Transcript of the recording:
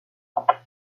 elle